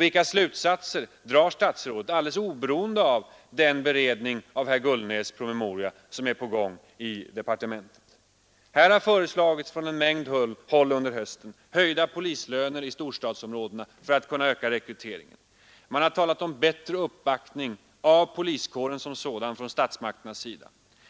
Vilka slutsatser drar statsrådet, alldeles oberoende av den beredning av herr Gullnäs” promemoria som är på gång i departementet? Här har från en mängd håll under hösten föreslagits höjda polislöner i storstadsområdena för att kunna öka rekryteringen. Man har talat om bättre uppbackning av poliskåren som sådan från statsmakternas sida.